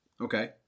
Okay